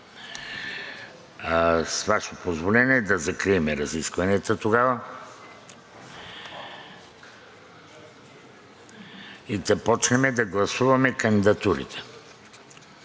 С Ваше позволение да закрием разискванията тогава и да започнем да гласуваме кандидатурите.